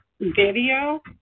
Video